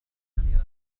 الكاميرا